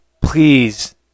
please